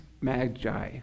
magi